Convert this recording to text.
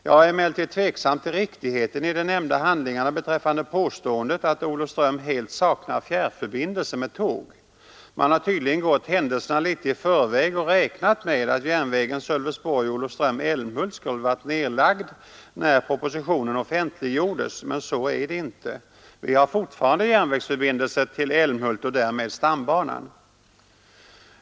Jag är emellertid tveksam om riktigheten i de nämnda handlingarna beträffande påståendet att Olofström helt saknar fjärrförbindelser med tåg. Man har tydligen gått händelserna litet i förväg och räknat med att järnvägen Sölvesborg Olofström — Älmhult skulle vara nedlagd när propositionen offentliggjordes, men så är det inte. Vi har fortfarande järnväg till Älmhult och därmed förbindelse med stambanan.